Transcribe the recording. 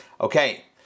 Okay